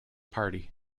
party